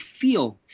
feel